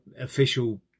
official